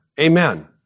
Amen